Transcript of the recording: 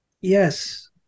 Yes